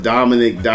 Dominic